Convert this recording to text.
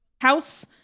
house